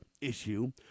issue